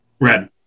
Red